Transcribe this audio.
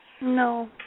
No